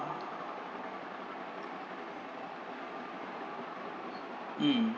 mm